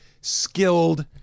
skilled